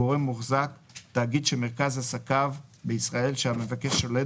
"גורם מוחזק" תאגיד שמרכז עסקיו בישראל שהמבקש שולט